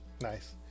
nice